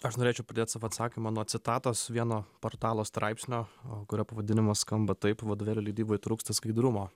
aš norėčiau pradėt savo atsakymą nuo citatos vieno portalo straipsnio kurio pavadinimas skamba taip vadovėlių leidybai trūksta skaidrumo